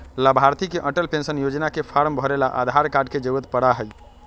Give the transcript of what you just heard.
लाभार्थी के अटल पेन्शन योजना के फार्म भरे ला आधार कार्ड के जरूरत पड़ा हई